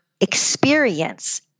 experience